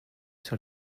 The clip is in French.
sur